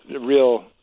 real